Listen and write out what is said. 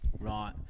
Right